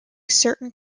certain